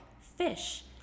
fish